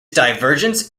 divergence